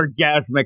orgasmic